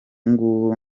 ng’ubu